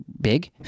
big